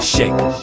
Shake